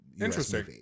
Interesting